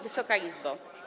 Wysoka Izbo!